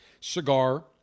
cigar